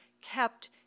kept